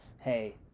Hey